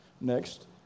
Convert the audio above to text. next